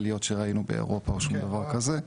לא העליות שראינו באירופה או שום דבר כזה,